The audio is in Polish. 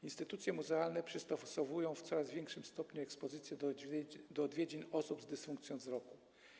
Instytucje muzealne przystosowują w coraz większym stopniu ekspozycje do odwiedzin osób z dysfunkcją wzroku.